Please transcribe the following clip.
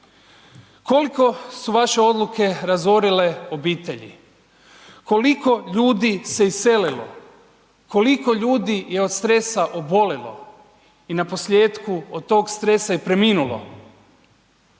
Koliko su vaše odluke razorile obitelji? Koliko ljudi se iselilo? Koliko ljudi je od stresa obolilo i na posljetku od tog stresa i preminulo?